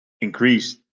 increased